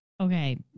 Okay